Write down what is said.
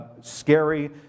scary